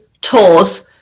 tours